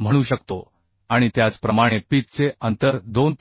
म्हणू शकतो आणि त्याचप्रमाणे पिच चे अंतर 2